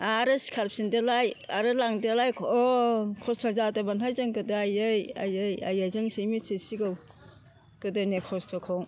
आरो सिखारफिनदोलाय आरो लांदोलाय खम खस्थ' जादोंमोनहाय जों गोदो आयै आयै आयै जोंसो मिथिसिगौ गोदोनि खस्थ'खौ